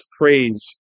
praise